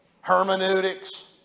hermeneutics